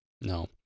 No